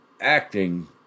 acting